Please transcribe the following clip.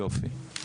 יופי.